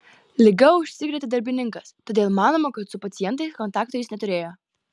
liga užsikrėtė darbininkas todėl manoma kad su pacientais kontakto jis neturėjo